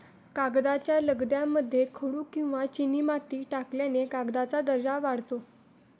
कागदाच्या लगद्यामध्ये खडू किंवा चिनीमाती टाकल्याने कागदाचा दर्जा वाढतो